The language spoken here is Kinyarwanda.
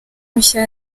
nshya